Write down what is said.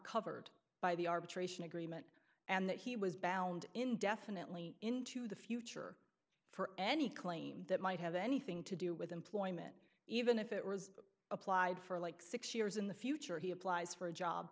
covered by the arbitration agreement and that he was bound indefinitely into the future for any claim that might have anything to do with employment even if it was applied for like six years in the future he applies for a job